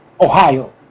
Ohio